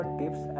tips